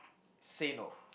say no